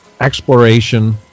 exploration